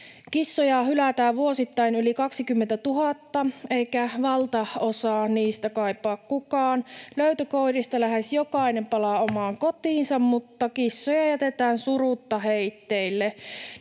Kissoja hylätään vuosittain yli 20 000, eikä valtaosaa niistä kaipaa kukaan. Löytökoirista lähes jokainen palaa omaan kotiinsa, mutta kissoja jätetään surutta heitteille.